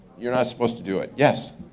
you're not supposed to do it. yes?